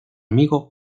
amigo